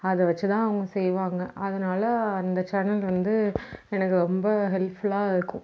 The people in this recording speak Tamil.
அதை வச்சு தான் அவங்க செய்வாங்கள் அதனால் அந்த சேனல் வந்து எனக்கு ரொம்ப ஹெல்ப்ஃபுல்லாக இருக்கும்